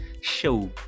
show